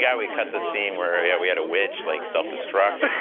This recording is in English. yeah we cut the scene where, yeah, we had a witch like self-destruct.